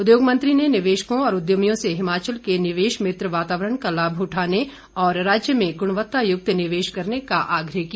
उद्योग मंत्री ने निवेशकों और उद्यमियों से हिमाचल के निवेश मित्र वातावरण का लाभ उठाने और राज्य में गुणवत्तायुक्त निवेश करने का आग्रह किया